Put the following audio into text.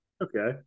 Okay